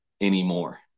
anymore